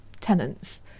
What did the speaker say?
tenants